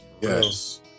Yes